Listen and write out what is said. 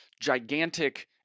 Gigantic